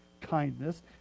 kindness